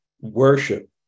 worship